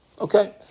Okay